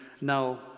now